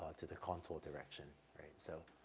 to the contour direction, right. so,